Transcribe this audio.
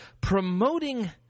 promoting